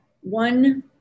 one